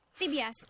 CBS